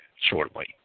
shortly